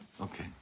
Okay